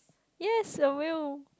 yes I will